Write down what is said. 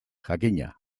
jakina